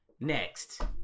next